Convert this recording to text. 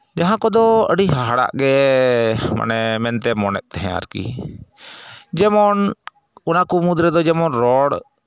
ᱡᱟᱦᱟᱸ ᱠᱚᱫᱚ ᱟᱹᱰᱤ ᱦᱟᱦᱟᱲᱟᱜ ᱜᱮ ᱢᱟᱱᱮ ᱢᱮᱱᱛᱮ ᱢᱚᱱᱮᱜ ᱛᱟᱦᱮᱸᱫ ᱟᱨᱠᱤ ᱡᱮᱢᱚᱱ ᱚᱱᱟᱠᱚ ᱢᱩᱫᱽ ᱨᱮᱫᱚ ᱡᱮᱢᱚᱱ ᱨᱚᱲ